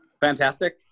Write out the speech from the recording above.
fantastic